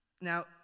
Now